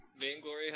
Vainglory